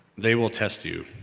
they will test you,